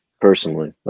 personally